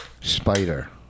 spider